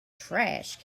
trash